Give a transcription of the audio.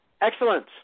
Excellent